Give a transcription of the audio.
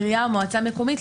עירייה או מועצה מקומית,